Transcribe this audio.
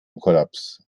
kollaps